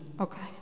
Okay